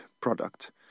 product